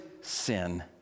sin